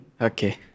Okay